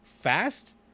fast